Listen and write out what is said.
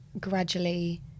Gradually